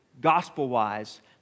gospel-wise